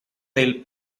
del